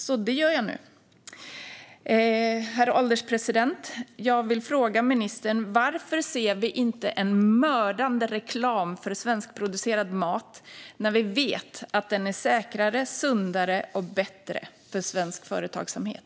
Så det gör jag nu: Varför ser vi inte mördande reklam för svenskproducerad mat när vi vet att den är säkrare, sundare och bättre för svensk företagsamhet?